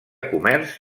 comerç